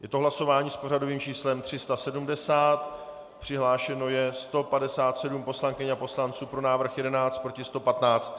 Je to hlasování s pořadovým číslem 370, přihlášeno je 157 poslankyň a poslanců, pro návrh 11, proti 115.